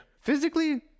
Physically